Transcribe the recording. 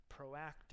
proactive